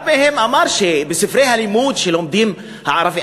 אחד מהם אמר שבספרי הלימוד שלומדים הערבים,